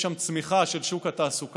יש צמיחה של שוק התעסוקה.